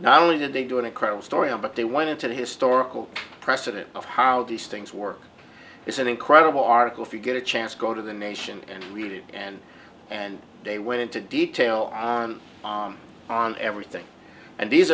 not only did they do an incredible story on but they went into the historical precedent of how these things work it's an incredible article if you get a chance go to the nation and read it and and they went into detail on everything and these